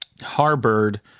harbored